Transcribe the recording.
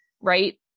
Right